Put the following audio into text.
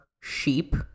sheep